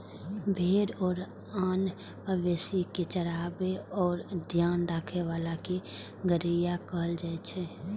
भेड़ आ आन मवेशी कें चराबै आ ध्यान राखै बला कें गड़ेरिया कहल जाइ छै